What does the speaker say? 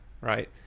right